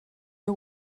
nhw